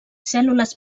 cèl·lules